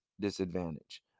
disadvantage